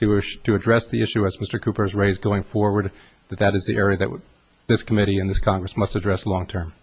to rush to address the issue as mr cooper's raise going forward that that is the area that this committee in this congress must address long term